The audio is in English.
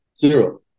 Zero